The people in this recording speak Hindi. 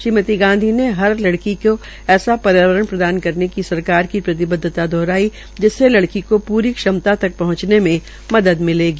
श्रीमती गांधी ने हर लड़की को ऐसा पर्यावरण प्रदान करने की सरकार की प्रतिबद्वता दोहराई जिनमें लड़की को पूरी क्षमता तक पहंचने में मदद मिलेगी